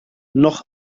noch